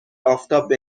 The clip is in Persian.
آفتاب